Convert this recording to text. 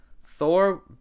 Thor